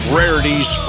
rarities